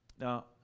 Now